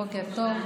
בוקר טוב.